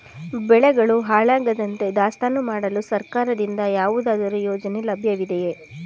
ಬೆಳೆಗಳು ಹಾಳಾಗದಂತೆ ದಾಸ್ತಾನು ಮಾಡಲು ಸರ್ಕಾರದಿಂದ ಯಾವುದಾದರು ಯೋಜನೆ ಲಭ್ಯವಿದೆಯೇ?